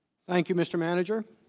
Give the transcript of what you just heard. thank you, mr. manager.